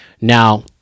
Now